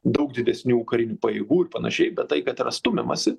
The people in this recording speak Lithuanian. daug didesnių karinių pajėgų ir panašiai bet tai kad yra stumiamasi